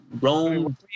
Rome